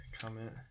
comment